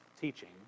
teaching